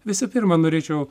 visų pirma norėčiau